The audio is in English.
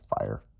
fire